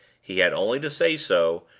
he had only to say so,